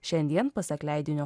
šiandien pasak leidinio